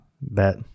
bet